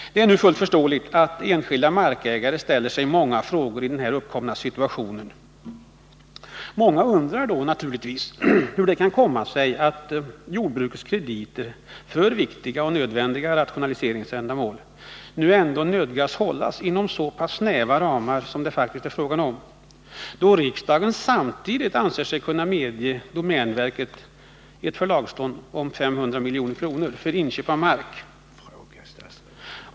Det är fullt förståeligt att enskilda markägare ställer sig en hel del frågor i den uppkomna situationen. Många undrar naturligtvis hur det kan komma sig att jordbrukets krediter för viktiga och nödvändiga rationaliseringsända mål måste hållas inom så snäva ramar som det faktiskt är fråga om, då riksdagen samtidigt anser sig kunna medge domänverket ett förlagslån på 500 milj.kr. för inköp av mark.